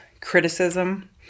criticism